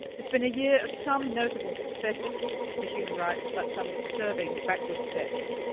it's been a year of some notable successes for human rights, but some disturbing backward steps.